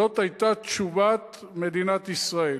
זאת היתה תשובת מדינת ישראל.